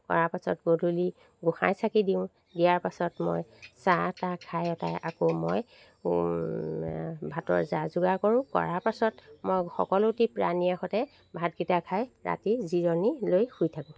কৰা পাছত গধূলি গোঁসাই চাকি দিওঁ দিয়াৰ পাছত মই চাহ তাহ খাই অতাই আকৌ মই ভাতৰ যা যোগাৰ কৰো কৰাৰ পাছত মই সকলোটি প্ৰাণীৰ সৈতে ৰাতি ভাতকেইটা খাই ৰাতি জিৰণি লৈ শুই থাকো